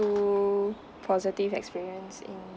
two positive experience in